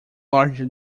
largely